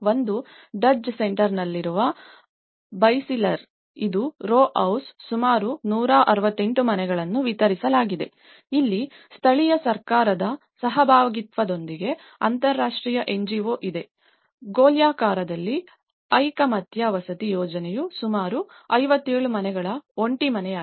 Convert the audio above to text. ಒಂದು ಡಜ್ ಸೆಂಟರ್ನಲ್ಲಿರುವ ಬೈಸಿಲರ್ ಇದು ರೋ ಹೌಸ್ ಸುಮಾರು 168 ಮನೆಗಳನ್ನು ವಿತರಿಸಲಾಗಿದೆ ಇಲ್ಲಿ ಸ್ಥಳೀಯ ಸರ್ಕಾರದ ಸಹಭಾಗಿತ್ವದೊಂದಿಗೆ ಅಂತರರಾಷ್ಟ್ರೀಯ NGO ಇದೆ ಗೋಲ್ಯಾಕಾದಲ್ಲಿ ಐಕಮತ್ಯ ವಸತಿ ಯೋಜನೆಯು ಸುಮಾರು 57 ಮನೆಗಳ ಒಂಟಿ ಮನೆಯಾಗಿದೆ